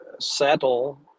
settle